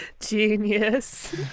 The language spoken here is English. Genius